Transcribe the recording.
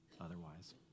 otherwise